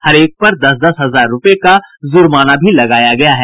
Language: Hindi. हरेक पर दस दस हजार रुपये का जुर्माना भी लगाया गया है